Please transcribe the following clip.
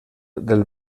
del